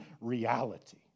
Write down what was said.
reality